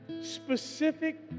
Specific